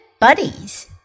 buddies